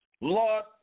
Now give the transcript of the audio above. Lord